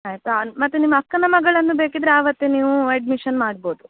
ಆಯಿತಾ ಮತ್ತು ನಿಮ್ಮ ಅಕ್ಕನ ಮಗಳನ್ನು ಬೇಕಿದ್ದರೆ ಆವತ್ತೇ ನೀವು ಅಡ್ಮಿಷನ್ ಮಾಡ್ಬೋದು